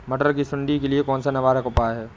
मटर की सुंडी के लिए कौन सा निवारक उपाय है?